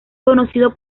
conocido